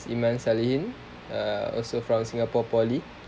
iman salihin also from singapore poly